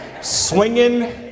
swinging